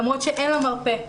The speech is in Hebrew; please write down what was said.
למרות שאין לה מרפא,